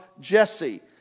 Jesse